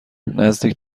نزدیک